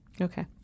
Okay